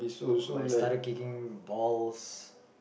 but I started kicking balls